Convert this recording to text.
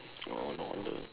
oh no wonder